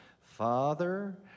father